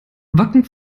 wacken